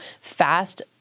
fast